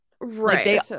right